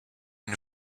une